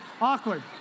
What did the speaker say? awkward